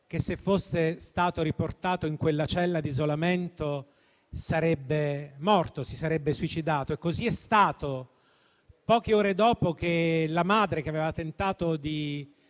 che se fosse stato riportato in quella cella di isolamento si sarebbe suicidato e così è stato, poche ore dopo che la madre, che aveva tentato di